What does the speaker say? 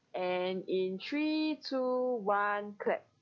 and in three two one clap